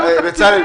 בצלאל,